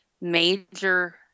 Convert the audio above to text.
major